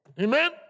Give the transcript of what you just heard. Amen